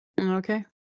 Okay